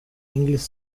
english